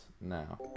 now